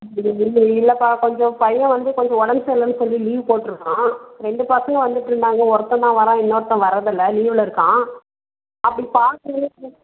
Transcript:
இல்லைப்பா கொஞ்சம் பையன் வந்து கொஞ்சம் உடம்பு சரியில்லைன்னு சொல்லி லீவ் போட்டுருக்கான் ரெண்டு பசங்க வந்துகிட்டு இருந்தாங்கள் ஒருத்தன் தான் வரான் இன்னொருத்தன் வரதுல்லை லீவில் இருக்கான் அப்படி பார்க்கும்